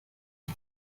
die